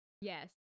Yes